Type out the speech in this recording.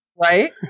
Right